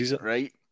right